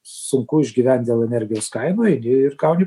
sunku išgyvent dėl energijos kainų eini ir gauni